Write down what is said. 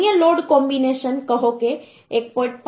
અન્ય load combination કહો કે 1